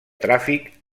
tràfic